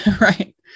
Right